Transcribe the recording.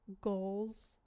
goals